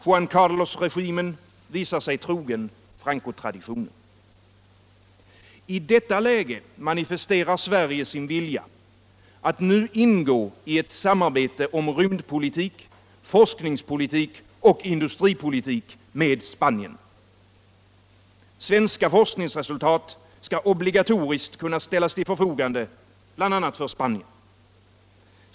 Juan Carlos-regimen visar sig trogen Francotraditionen. I detta läge manifesterar Sverige sin vilja att nu ingå i ett samarbete om rymdpolitik, forskningspolitik och industripolitik med Spanien. Svenska forskningsresultat skall obligatoriskt kunna ställas till förfogande bl.a. för Spanien.